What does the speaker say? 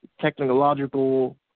technological